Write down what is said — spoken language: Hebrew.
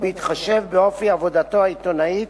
בהתחשב באופי עבודתו העיתונאית,